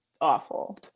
awful